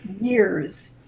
years